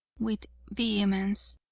with vehemence,